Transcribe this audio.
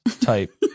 type